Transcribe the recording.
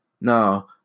Now